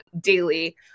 daily